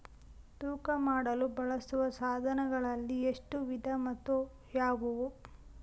ತೂಕ ಮಾಡಲು ಬಳಸುವ ಸಾಧನಗಳಲ್ಲಿ ಎಷ್ಟು ವಿಧ ಮತ್ತು ಯಾವುವು?